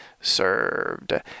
served